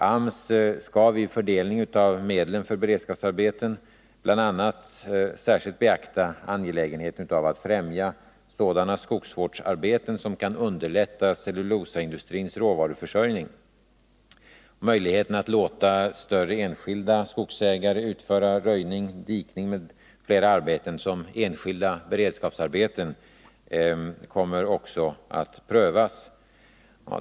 AMS skall vid fördelning av medlen för beredskapsarbeten bl.a. särskilt beakta angelägenheten av att främja sådana skogsvårdsarbeten som kan underlätta cellulosaindustrins råvaruförsörjning. Möjligheten att låta större enskilda skogsägare utföra röjning, dikning m.fl. arbeten som enskilda beredskapsarbeten kommer också att prövas.